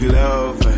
love